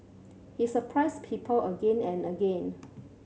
he surprised people again and again